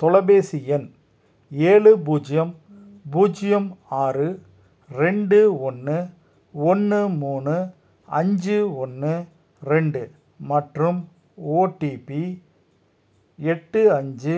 தொலைபேசி எண் ஏழு பூஜ்ஜியம் பூஜ்ஜியம் ஆறு ரெண்டு ஒன்று ஒன்று மூணு அஞ்சு ஒன்று ரெண்டு மற்றும் ஓடிபி எட்டு அஞ்சு